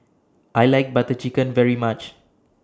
I like Butter Chicken very much